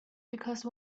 because